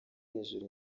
hejuru